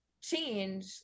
change